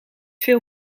veel